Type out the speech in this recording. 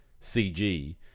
CG